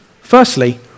Firstly